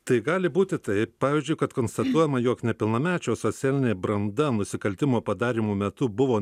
tai gali būti taip pavyzdžiui kad konstatuojama jog nepilnamečio socialinė branda nusikaltimo padarymo metu buvo